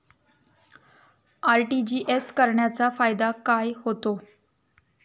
RTGS करण्याचा फायदा काय होतो?